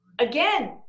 Again